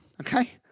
Okay